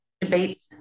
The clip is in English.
debates